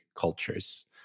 cultures